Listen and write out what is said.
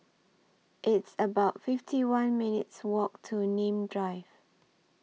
It's about fifty one minutes' Walk to Nim Drive